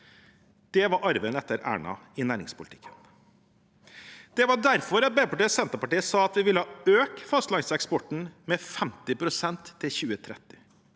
Det var arven etter Erna i næringspolitikken. Det var derfor Arbeiderpartiet og Senterpartiet sa at vi ville øke fastlandseksporten med 50 pst. til 2030.